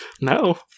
No